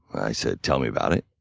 i said, tell me about it.